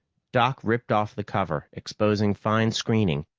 doc ripped off the cover, exposing fine screening.